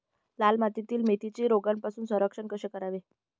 लाल मातीतील मेथीचे रोगापासून संरक्षण कसे करावे?